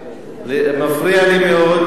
מפריע לי מאוד,